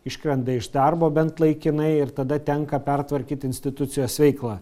iškrenta iš darbo bent laikinai ir tada tenka pertvarkyti institucijos veiklą